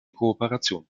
kooperation